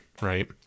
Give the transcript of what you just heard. right